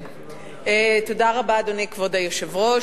אדוני כבוד היושב-ראש,